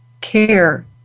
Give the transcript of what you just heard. care